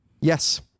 Yes